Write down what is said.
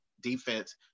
defense